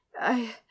I